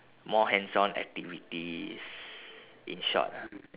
more hands on activities in short lah